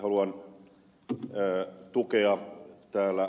haluan tukea täällä ed